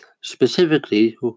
Specifically